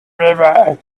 river